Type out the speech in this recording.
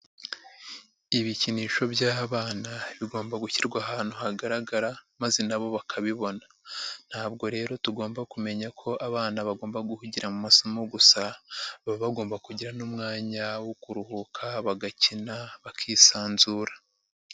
Ibikinisho by'abana bigomba gushyirwa ahantu hagaragara maze na bo bakabibona. Ntabwo rero tugomba kumenya ko abana bagomba guhugira mu masomo gusa, baba bagomba kugira n'umwanya wo kuruhuka, bagakina bakisanzura.